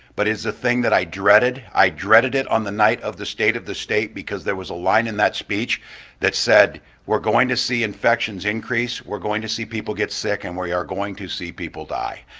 but is the thing that i dreaded, i dreaded it on the night of the state of the state because there was a line in that speech that said we're going to see infections increase, we're going to see people get sick and we are going to see people die.